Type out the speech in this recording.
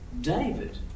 David